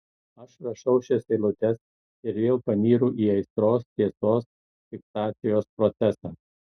aš rašau šias eilutes ir vėl panyru į aistros tiesos fiksacijos procesą